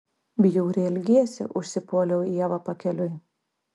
bjauriai elgiesi užsipuoliau ievą pakeliui